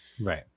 Right